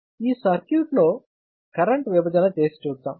ఈ సర్క్యూట్ లో కరెంటు విభజన చేసి చూద్దాం